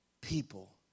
people